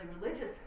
religious